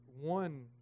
one